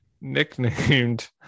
nicknamed